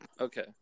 Okay